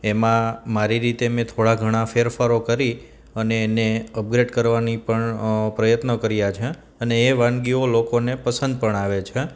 એમાં મારી રીતે મેં થોડા ઘણાં ફેરફારો કરી અને એને અપગ્રેડ કરવાના પણ પ્રયત્ન કર્યા છે અને એ વાનગીઓ લોકોને પસંદ પણ આવે છે